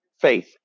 faith